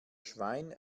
schwein